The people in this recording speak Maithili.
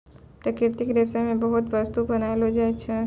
प्राकृतिक रेशा से बहुते बस्तु बनैलो जाय छै